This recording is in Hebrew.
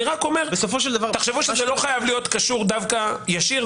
אני רק אומר שתחשבו שזה לא חייב להיות קשור דווקא באופן ישיר,